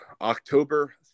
October